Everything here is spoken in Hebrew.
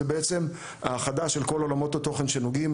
זה בעצם האחדה של כל עולמות התוכן שנוגעים